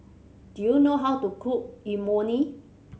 do you know how to cook Imoni